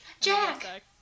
Jack